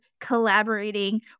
collaborating